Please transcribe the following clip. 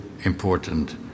important